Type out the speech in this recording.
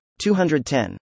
210